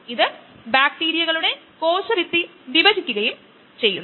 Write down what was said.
ഇത് കുറച്ച് ഉൽപ്പന്നങ്ങൾക്കായി വ്യവസായത്തിൽ വളരെയധികം ഉപയോഗിക്കുന്നു